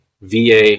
VA